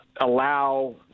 allow